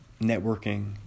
networking